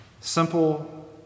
Simple